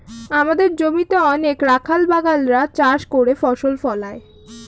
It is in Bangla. আমাদের জমিতে অনেক রাখাল বাগাল রা চাষ করে ফসল ফলায়